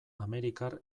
amerikar